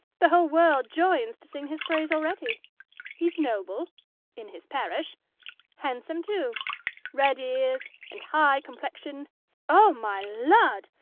the whole world joins to sing his praise already he's noble in his parish handsome too red ears and high complexion oh, my lud!